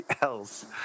else